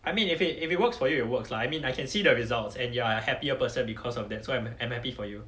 I mean if it if it works for you it works lah I mean I can see the results and you're a happier person because of that so I'm I'm happy you